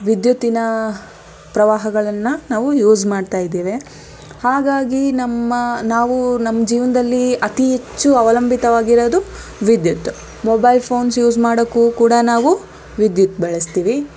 ವಿದ್ಯುತ್ತಿನ ಪ್ರವಾಹಗಳನ್ನು ನಾವು ಯೂಸ್ ಮಾಡ್ತಯಿದ್ದೇವೆ ಹಾಗಾಗಿ ನಮ್ಮ ನಾವು ನಮ್ಮ ಜೀವನದಲ್ಲಿ ಅತಿ ಹೆಚ್ಚು ಅವಲಂಬಿತವಾಗಿರೋದು ವಿದ್ಯುತ್ ಮೊಬೈಲ್ ಫೋನ್ಸ್ ಯೂಸ್ ಮಾಡೋಕ್ಕೂ ಕೂಡ ನಾವು ವಿದ್ಯುತ್ ಬಳಸ್ತೀವಿ